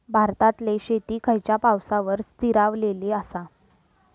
भारतातले शेती खयच्या पावसावर स्थिरावलेली आसा?